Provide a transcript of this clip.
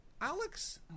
Alex